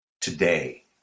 today